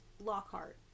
Lockhart